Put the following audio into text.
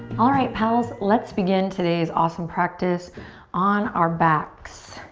alright pals, let's begin today's awesome practice on our backs.